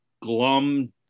glum